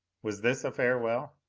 was this a farewell?